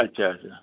अच्छा अच्छा